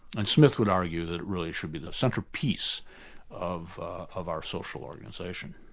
and smith would argue that it really should be the centerpiece of of our social organisation.